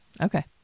Okay